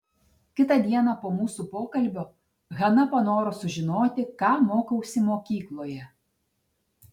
kitą dieną po mūsų pokalbio hana panoro sužinoti ką mokausi mokykloje